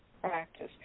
practice